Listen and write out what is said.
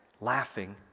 laughing